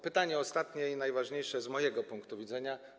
Pytanie ostatnie i najważniejsze z mojego punktu widzenia.